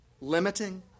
limiting